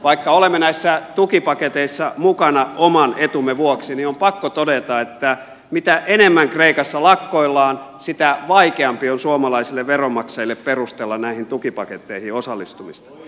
vaikka olemme näissä tukipaketeissa mukana oman etumme vuoksi niin on pakko todeta että mitä enemmän kreikassa lakkoillaan sitä vaikeampi on suomalaisille veronmaksajille perustella näihin tukipaketteihin osallistumista